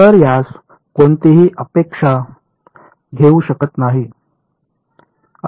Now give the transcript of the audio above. तर यास कोणीही आक्षेप घेऊ शकत नाही